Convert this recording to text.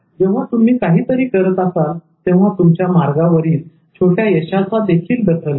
जेव्हा तुम्ही काहीतरी करत असाल तेव्हा तुमच्या मार्गावरील छोट्या यशाची देखील दखल घ्या